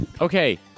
Okay